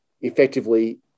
effectively